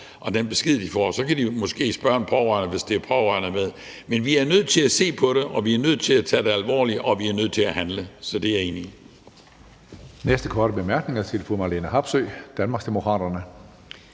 og den besked, de får. Så kan de måske spørge en pårørende, hvis der er pårørende med. Men vi er nødt til at se på det, vi er nødt til at tage det alvorligt, og vi er nødt til at handle. Det er jeg enig i.